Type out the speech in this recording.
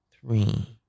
Three